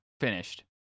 finished